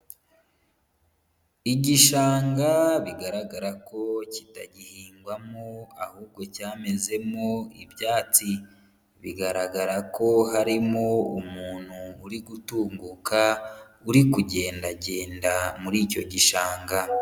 Igishanga bigaragara ko kitagihingwamo ahubwo cyamezemo ibyatsi, bigaragara ko harimo umuntu uri gutunguka, uri kugendagenda muri icyo gishanga.